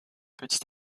petit